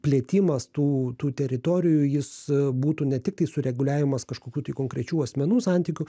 plėtimas tų tų teritorijų jis būtų ne tiktai sureguliavimas kažkokių tai konkrečių asmenų santykių